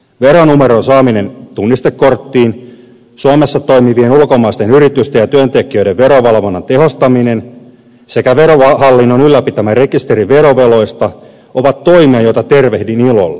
veronumeron saaminen tunnistekorttiin suomessa toimivien ulkomaisten yritysten ja työntekijöiden verovalvonnan tehostaminen sekä verohallinnon ylläpitämä rekisteri veroveloista ovat toimia joita tervehdin ilolla